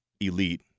elite